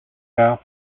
tard